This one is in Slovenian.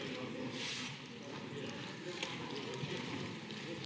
Hvala